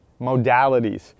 modalities